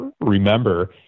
remember